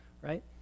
right